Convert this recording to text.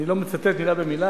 אני לא מצטט מלה במלה,